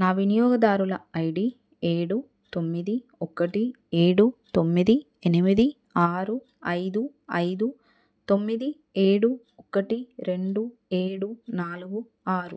నా వినియోగదారుల ఐడి ఏడు తొమ్మిది ఒకటి ఏడు తొమ్మిది ఎనిమిది ఆరు ఐదు ఐదు తొమ్మిది ఏడు ఒకటి రెండు ఏడు నాలుగు ఆరు